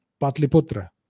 Patliputra